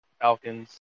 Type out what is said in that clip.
Falcons